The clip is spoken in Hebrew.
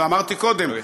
ואני אמרתי קודם,